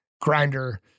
grinder